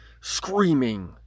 screaming